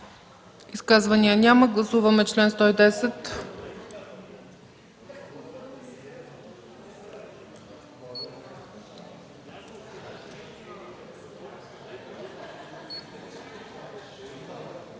Изказвания? Няма. Гласуваме чл. 110.